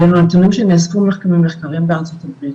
אלו נתונים שנאספו ממחקרים בארצות הברית,